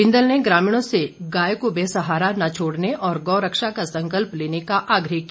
बिंदल ने ग्रामीणों से गायों को बेसहारा न छोड़ने और गौ रक्षा का संकल्प लेने का आग्रह किया